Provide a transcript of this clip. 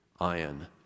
iron